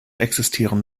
existieren